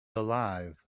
alive